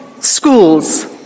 schools